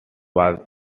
was